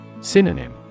Synonym